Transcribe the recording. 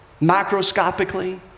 microscopically